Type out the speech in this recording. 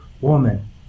woman